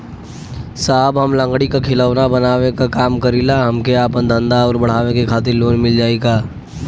साहब हम लंगड़ी क खिलौना बनावे क काम करी ला हमके आपन धंधा अउर बढ़ावे के खातिर लोन मिल जाई का?